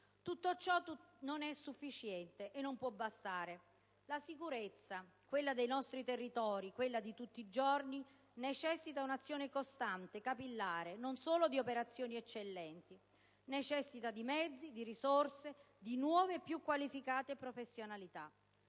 Tutto ciò non è sufficiente e non può bastare: la sicurezza, quella dei nostri territori, quella di tutti i giorni necessita di un'azione costante, capillare, non solo di operazioni eccellenti; necessita di mezzi, di risorse, di nuove e più qualificate professionalità.